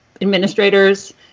administrators